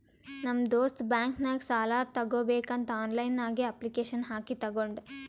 ನಮ್ ದೋಸ್ತ್ ಬ್ಯಾಂಕ್ ನಾಗ್ ಸಾಲ ತಗೋಬೇಕಂತ್ ಆನ್ಲೈನ್ ನಾಗೆ ಅಪ್ಲಿಕೇಶನ್ ಹಾಕಿ ತಗೊಂಡ್